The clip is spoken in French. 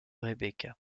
rebecca